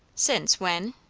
since when?